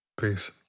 Peace